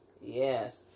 Yes